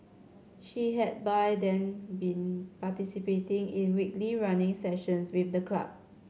she had by then been participating in weekly running sessions with the club